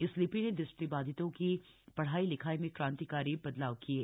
इस लिपि ने दृष्टिबाधितों की पढ़ाई लिखाई में क्रांतिकारी बदलाव किये